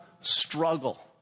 struggle